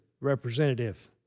representative